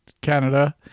Canada